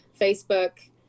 Facebook